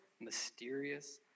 mysterious